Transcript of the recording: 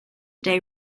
day